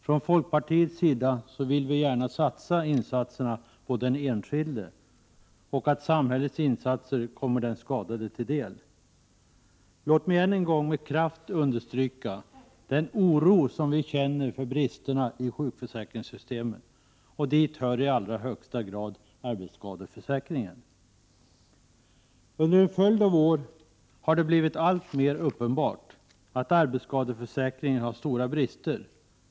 Från folkpartiets sida vill vi gärna göra insatser för den enskilde, och vi vill att samhällets insatser kommer den skadade till del. Låt mig då än en gång med kraft understryka den oro som vi känner för bristerna i sjukförsäkringssystemet, och dit hör i allra högsta grad arbetsskadeförsäkringen. Under en följd av år har det blivit allt mer uppenbart att arbetsskadeförsäkringen har stora brister.